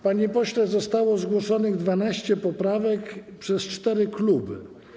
Panie pośle, zostało zgłoszonych 12 poprawek przez cztery kluby.